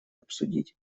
обсудить